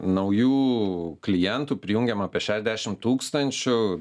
naujų klientų prijungiama apie šešdešimt tūkstančių